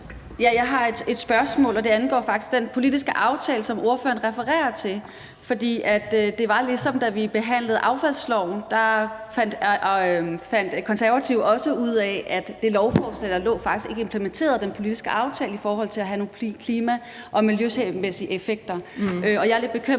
Jeg har et spørgsmål, og det angår faktisk den politiske aftale, som ordføreren refererer til. For det var ligesom, da vi behandlede affaldsloven, hvor Konservative også fandt ud af, at det lovforslag, der lå, faktisk ikke implementerede den politiske aftale i forhold til det at have nogle klima- og miljømæssige effekter. Og jeg er lidt bekymret